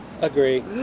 agree